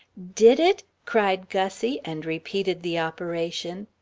did it? cried gussie, and repeated the operation.